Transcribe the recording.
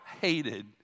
hated